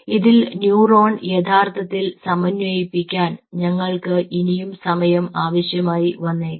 ഇതിൽ ന്യൂറോൺ യഥാർത്ഥത്തിൽ സമന്വയിപ്പിക്കാൻ ഞങ്ങൾക്ക് ഇനിയും സമയം ആവശ്യമായി വന്നേക്കാം